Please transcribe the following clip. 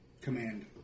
command